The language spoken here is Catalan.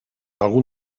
algun